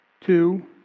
two